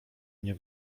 mnie